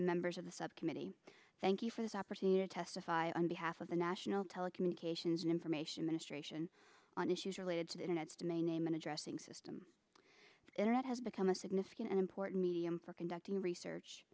members of the subcommittee thank you for this opportunity to testify on behalf of the national telecommunications and information ministration on issues related to that in its domain name and addressing system internet has become a significant and important medium for conducting research